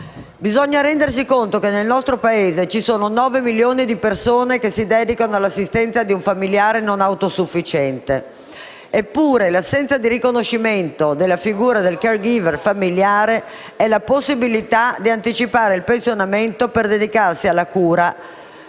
Bisogna rendersi conto che nel nostro Paese ci sono 9 milioni di persone che si dedicano all'assistenza di un familiare non autosufficiente. Eppure, l'assenza di riconoscimento della figura del *caregiver* familiare e della possibilità di anticipare il pensionamento per dedicarsi alla cura